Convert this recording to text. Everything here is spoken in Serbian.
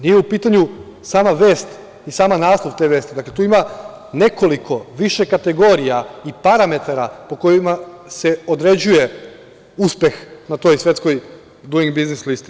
Nije u pitanju sama vest i sam naslov te vesti, tu ima nekoliko više kategorija i parametara po kojima se određuje uspeh na toj svetskoj Duing biznis listi.